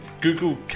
Google